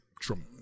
Trump